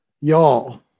y'all